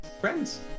Friends